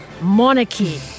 monarchy